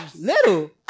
Little